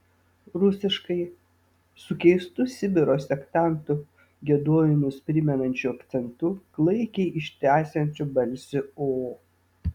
rusiškai su keistu sibiro sektantų giedojimus primenančiu akcentu klaikiai ištęsiančiu balsį o